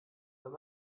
wenn